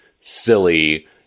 silly